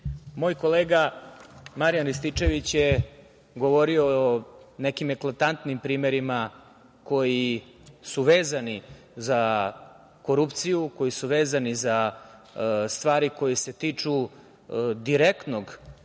kolega, Marijan Rističević, govorio je o nekim eklatantnim primerima koji su vezani za korupciju, koji su vezani za stvari koje se tiču direktnog oštećenja